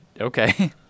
Okay